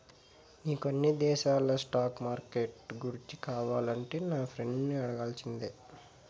నీకు అన్ని దేశాల స్టాక్ మార్కెట్లు గూర్చి కావాలంటే నా ఫ్రెండును అడగాల్సిందే